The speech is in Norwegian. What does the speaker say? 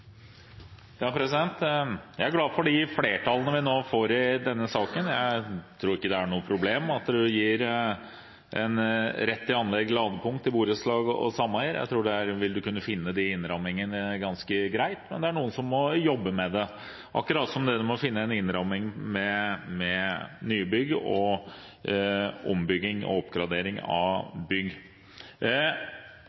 er noe problem at vi gir en rett til å anlegge ladepunkt i borettslag og sameier. Jeg tror man vil kunne finne de innrammingene ganske greit, men det er noen som må jobbe med det – akkurat som at man må finne en innramming ved nybygg og ombygging og oppgradering av